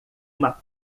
uma